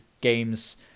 games